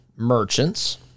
Merchants